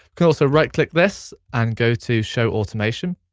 can also right-click this, and go to show automation.